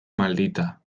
maldita